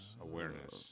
Awareness